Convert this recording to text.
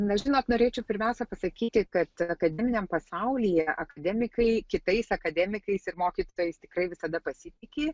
na žinot norėčiau pirmiausia pasakyti kad akademiniam pasaulyje akademikai kitais akademikais ir mokytojais tikrai visada pasitiki